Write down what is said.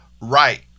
Right